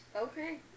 Okay